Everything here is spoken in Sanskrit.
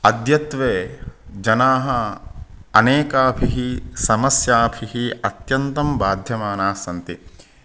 अद्यत्वे जनाः अनेकाभिः समस्याभिः अत्यन्तं बाध्यमानास्सन्ति